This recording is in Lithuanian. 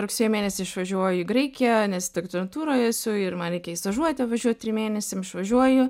rugsėjo mėnesį išvažiuoju į graikiją nes doktorantūroj esu ir man reikia į stažuotę važiuot trim mėnesiam išvažiuoju